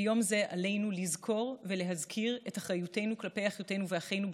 ביום זה עלינו לזכור ולהזכיר את אחריותנו כלפי אחיותינו ואחינו בתפוצות,